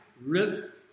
rip